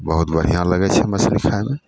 बहुत बढ़िआँ लगै छै मछली खाइमे